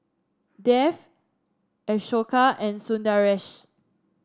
Dev Ashoka and Sundaresh